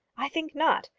i think not.